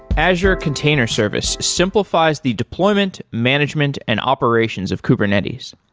azure container service simplifies the deployment, management and operations of kubernetes.